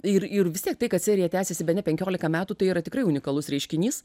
ir ir vis tiek tai kad serija tęsėsi bene penkiolika metų tai yra tikrai unikalus reiškinys